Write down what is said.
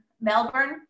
Melbourne